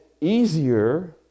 easier